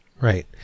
Right